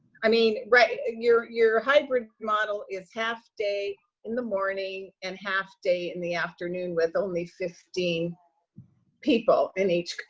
i mean, right, your your hybrid model is half day in the morning and half day in the afternoon with only fifteen people in each,